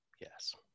Yes